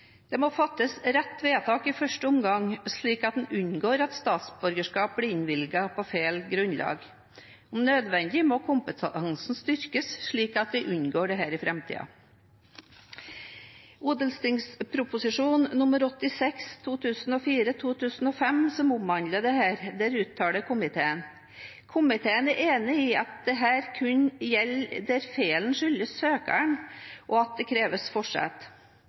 Det må fattes rett vedtak i første omgang, slik at en unngår at statsborgerskap blir innvilget på feil grunnlag. Om nødvendig må kompetansen styrkes, slik at vi unngår dette i framtiden. I Innst. O. nr. 86 for 2004–2005, som omhandler dette, uttaler komiteen: «Komiteen er enig i at dette kun bør gjelde der feilen skyldes søkeren og at det skal kreves